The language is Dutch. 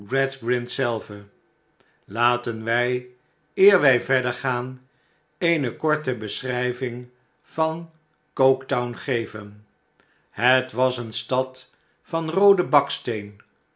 gradgrind zelve laten wij eer wij verder gaan eene korte beschrijving van coketown geven het was eene stad van rooden baksteen